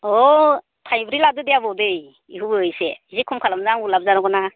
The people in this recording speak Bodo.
अ थाइब्रै लादो दे आबौ दे इखौबो एसे एसे खम खालामदो आंबो लाभ जानांगौ ना